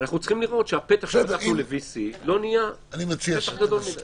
אנחנו צריכים לראות את שהפתח שאנחנו פותחים ב VC לא נהיה פתח גדול מדי.